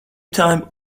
time